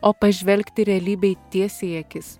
o pažvelgti realybei tiesiai į akis